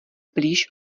blíž